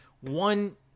one